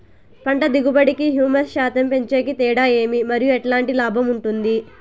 పంట దిగుబడి కి, హ్యూమస్ శాతం పెంచేకి తేడా ఏమి? మరియు ఎట్లాంటి లాభం ఉంటుంది?